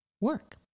work